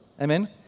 Amen